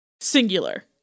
Singular